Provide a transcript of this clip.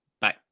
Bye